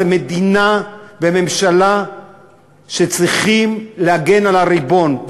אלה מדינה וממשלה שצריכות להגן על הריבון.